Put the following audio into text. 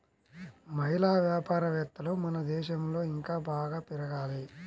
మహిళా వ్యాపారవేత్తలు మన దేశంలో ఇంకా బాగా పెరగాలి